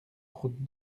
route